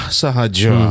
sahaja